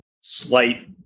slight